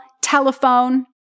telephone